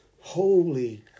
holy